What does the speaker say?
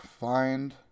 find